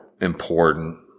important